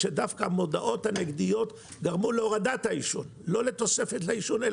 דווקא המודעות הנגדיות גרמו להורדת העישון ולא לתוספת העישון.